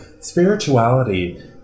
spirituality